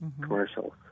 commercials